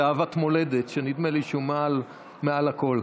זה אהבת מולדת, שנדמה לי שהוא מעל הכול.